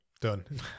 Done